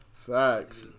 Facts